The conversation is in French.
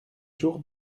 jour